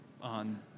on-